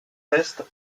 restent